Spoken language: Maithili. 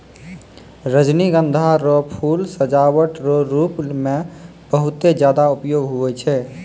रजनीगंधा रो फूल सजावट रो रूप मे बहुते ज्यादा उपयोग हुवै छै